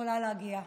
יכולה להגיע,